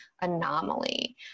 anomaly